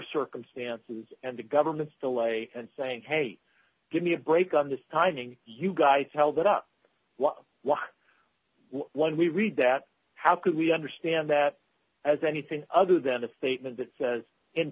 circumstances and the government's delay and saying hey give me a break on this timing you guys held it up one we read that how could we understand that as anything other than a statement that says in